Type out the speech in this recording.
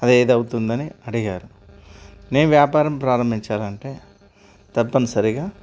అది ఏది అవుతుందని అడిగారు నేను వ్యాపారం ప్రారంభించాలంటే తప్పనిసరిగా